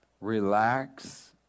Relax